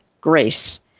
Grace